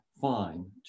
fine